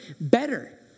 better